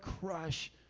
crush